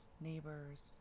neighbors